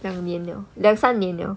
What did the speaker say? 两年了两三年 liao